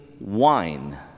wine